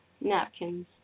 Napkins